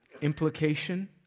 Implication